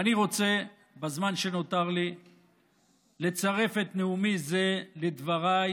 ואני רוצה בזמן שנותר לי לצרף את נאומי זה לדבריי